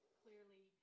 clearly